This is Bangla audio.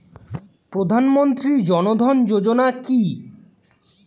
প্রধানমন্ত্রী জনধন যোজনা কি?